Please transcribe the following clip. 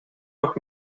nog